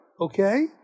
Okay